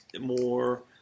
More